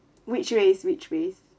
which race which race